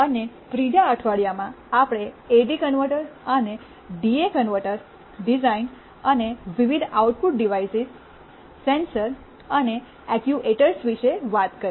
અને 3 જી અઠવાડિયામાં આપણે એડી કન્વર્ટર અને ડીએ કન્વર્ટર ડિઝાઇન અને વિવિધ આઉટપુટ ડિવાઇસીસ સેન્સર અને એક્ટ્યુએટર્સ વિશે વાત કરી